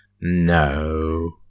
no